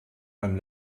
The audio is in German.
beim